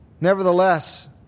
Nevertheless